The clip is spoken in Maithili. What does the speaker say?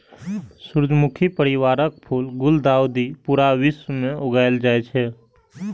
सूर्यमुखी परिवारक फूल गुलदाउदी पूरा विश्व मे उगायल जाए छै